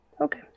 Okay